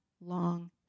long